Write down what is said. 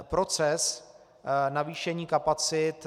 Proces navýšení kapacit